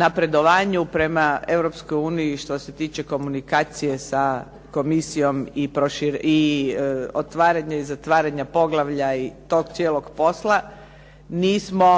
napredovanju prema Europskoj uniji i što se tiče komunikacije sa komisijom i otvaranja i zatvaranja poglavlja i tog cijelog posla nismo